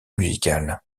musicale